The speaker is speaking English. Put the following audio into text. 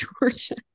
Georgia